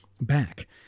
back